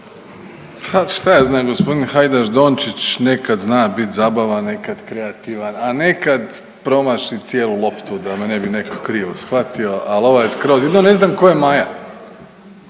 šta ja znam gospodine Hajdaš Dončić nekad zna bit zabavan, nekad kreativan, a nekad promaši cijelu loptu da me ne bi netko krivo shvatio, ali ovaj je skroz, jedino ne znam tko je Maja.